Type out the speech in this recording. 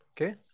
Okay